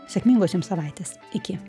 sėkmingos jums savaitės iki